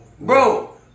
bro